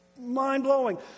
mind-blowing